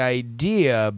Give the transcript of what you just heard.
idea